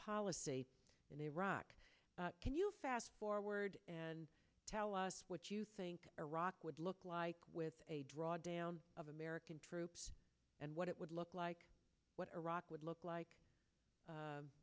policy in iraq can you fast forward and tell us what you think iraq would look like with a drawdown of american troops and what it would look like what iraq would look